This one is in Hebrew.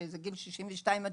שזה גיל 62 67,